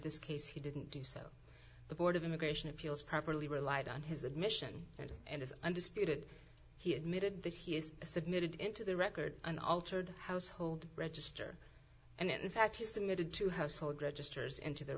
this case he didn't do so the board of immigration appeals properly relied on his admission and is and is undisputed he admitted that he is submitted into the record an altered household register and in fact he submitted to household registers into the